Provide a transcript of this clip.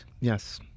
yes